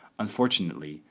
unfortunately,